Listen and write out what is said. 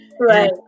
Right